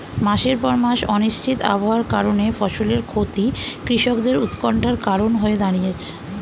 মাসের পর মাস অনিশ্চিত আবহাওয়ার কারণে ফসলের ক্ষতি কৃষকদের উৎকন্ঠার কারণ হয়ে দাঁড়িয়েছে